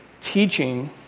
teaching